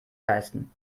leisten